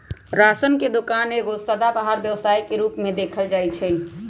ration के दोकान एगो सदाबहार व्यवसाय के रूप में देखल जाइ छइ